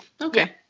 Okay